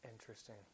Interesting